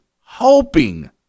hoping